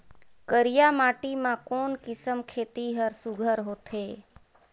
करिया माटी मा कोन किसम खेती हर सुघ्घर होथे?